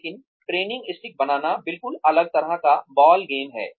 लेकिन training stick बनाना बिलकुल अलग तरह का बॉल गेम है